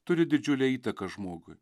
turi didžiulę įtaką žmogui